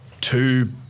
two